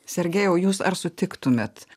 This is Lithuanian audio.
sergejau jūs ar sutiktumėt